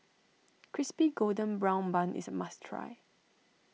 Crispy Golden Brown Bun is a must try